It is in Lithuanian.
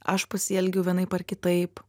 aš pasielgiu vienaip ar kitaip